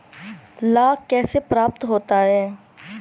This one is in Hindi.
लाख कैसे प्राप्त होता है?